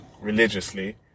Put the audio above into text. religiously